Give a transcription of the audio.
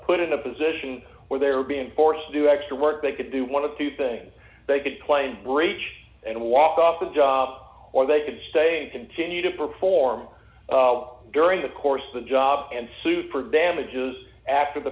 put in a position where they were being forced to do extra work they could do one of two things they could claim breach and walk off the job or they could stay and continue to perform during the course of the job and sue for damages after the